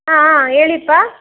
ಹಾಂ ಹಾಂ ಹೇಳಿಪ್ಪ